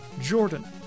Jordan